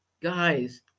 Guys